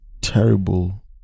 terrible